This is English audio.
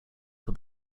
were